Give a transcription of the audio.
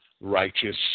righteous